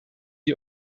die